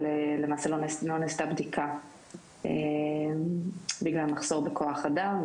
אבל למעשה לא נעשתה בדיקה בגלל מחסור בכוח אדם.